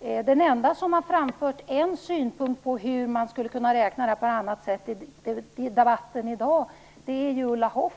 Den enda som i debatten i dag har framfört en synpunkt på ett annat sätt att räkna på är Ulla Hoffmann.